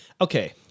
Okay